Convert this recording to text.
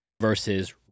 versus